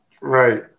Right